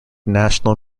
national